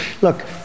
Look